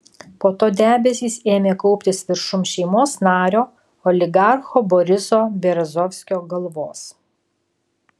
po to debesys ėmė kauptis viršum šeimos nario oligarcho boriso berezovskio galvos